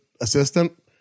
assistant